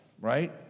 right